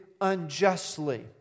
unjustly